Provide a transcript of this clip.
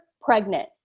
pregnant